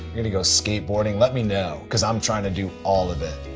going to go skateboarding, let me know because i'm trying to do all of it.